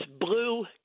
blue